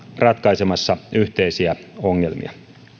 ratkaisemassa yhteisiä ongelmia